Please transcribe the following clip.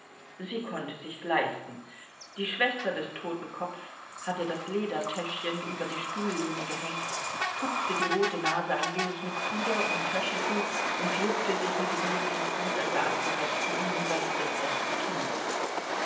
sie konnte sich's leisten die schwester des totenkopf hatte das ledertäschchen über die stuhllehne gehängt tupfte die rote nase ein wenig mit puder und taschentuch und juckte sich mit dem linken fuß an der abgewetzten innenseite des rechten knies